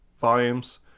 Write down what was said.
volumes